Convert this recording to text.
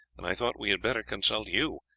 and i thought we had better consult you,